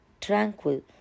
tranquil